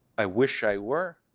i wish i were.